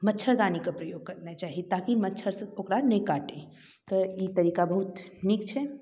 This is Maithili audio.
मच्छरदानीके प्रयोग करना चाही ताकि मच्छर ओकरा नहि काटै तऽ ई तरीका बहुत नीक छै